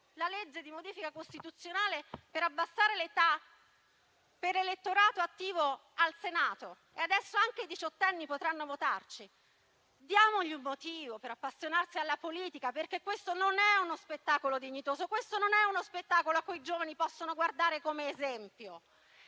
la legge di modifica costituzionale per abbassare l'età per l'elettorato attivo al Senato: adesso anche i diciottenni potranno votarci. Diamogli un motivo per appassionarsi alla politica, perché questo non è uno spettacolo dignitoso e non è uno spettacolo a cui i giovani possono guardare come esempio.